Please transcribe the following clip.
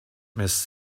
mrs